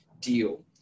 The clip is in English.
deal